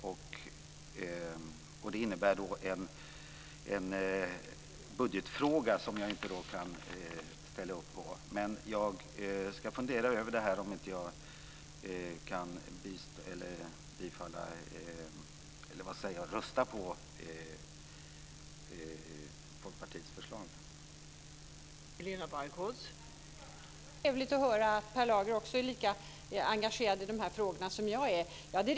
Detta är alltså en budgetfråga som jag inte kan ställa upp på. Men jag ska fundera över om jag inte kan rösta på Folkpartiets förslag här.